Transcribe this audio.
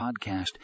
podcast